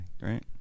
right